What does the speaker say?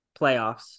Playoffs